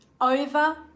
over